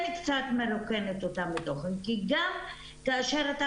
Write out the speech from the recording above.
קצת מרוקנת אותה מתוכן כי גם כאשר אתה